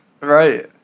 Right